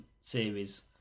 series